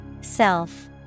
Self